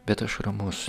bet aš ramus